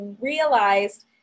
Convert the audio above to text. realized